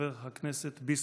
חבר הכנסת ביסמוט.